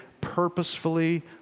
purposefully